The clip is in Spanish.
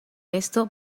esto